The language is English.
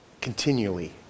continually